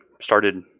started